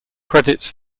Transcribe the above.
credits